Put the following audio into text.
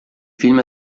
film